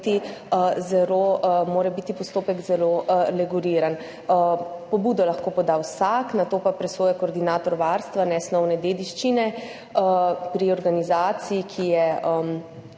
zelo reguliran. Pobudo lahko poda vsak, nato pa presoja koordinator varstva nesnovne dediščine pri organizaciji, ki je